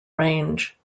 range